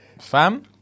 Fam